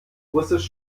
russisch